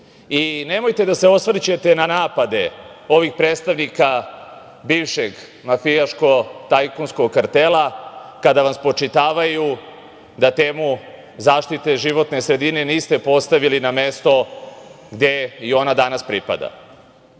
mnogo. Nemojte da se osvrćete na napade ovih predstavnika bivšeg mafijaško-tajkunskog kartela, kada vam spočitavaju da temu zaštite životne sredine niste postavili na mesto gde i ona danas pripada. Svi